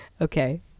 Okay